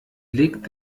legt